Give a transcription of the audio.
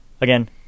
again